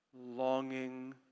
longing